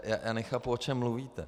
Já nechápu, o čem mluvíte.